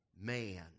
man